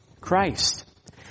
Christ